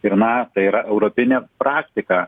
ir na tai yra europinė praktika